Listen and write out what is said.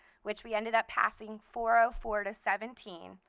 which we ended up passing four ah four to seventeen.